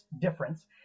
difference